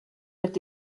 mit